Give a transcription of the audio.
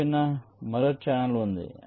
తప్పిన మరో ఛానెల్ ఉంది